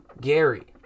Gary